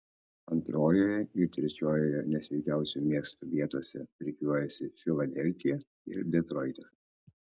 antrojoje ir trečiojoje nesveikiausių miestų vietose rikiuojasi filadelfija ir detroitas